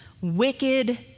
Wicked